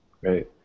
Great